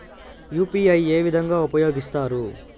UPI ఏ విధంగా ఉపయోగిస్తారు?